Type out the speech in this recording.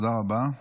תודה רבה.